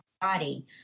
body